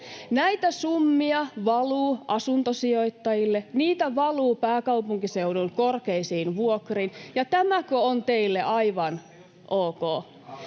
Näitä summia valuu asuntosijoittajille, niitä valuu pääkaupunkiseudun korkeisiin vuokriin, ja tämäkö on teille aivan ok?